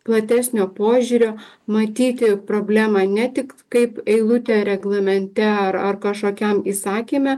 platesnio požiūrio matyti problemą ne tik kaip eilutę reglamente ar ar kažkokiam įsakyme